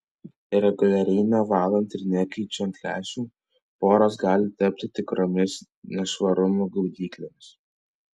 reguliariai nevalant ir nekeičiant lęšių poros gali tapti tikromis nešvarumų gaudyklėmis